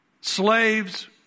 slaves